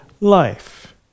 life